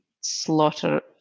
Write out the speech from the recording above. slaughter